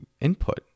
input